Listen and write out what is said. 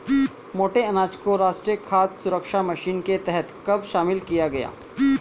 मोटे अनाज को राष्ट्रीय खाद्य सुरक्षा मिशन के तहत कब शामिल किया गया?